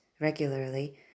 regularly